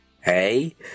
Hey